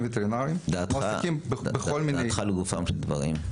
וטרינרים שמועסקים בכל מיני --- מה דעתך לגופם של דברים?